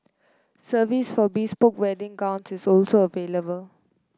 service for bespoke wedding gown is also available